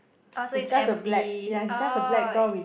oh so its empty oh